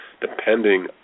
depending